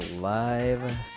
Live